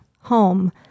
home